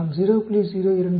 நாம் 0